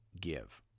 give